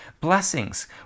blessings